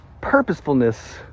Purposefulness